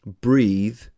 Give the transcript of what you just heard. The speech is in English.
breathe